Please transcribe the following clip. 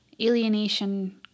alienation